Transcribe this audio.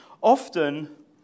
Often